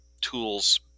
tools